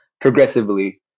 progressively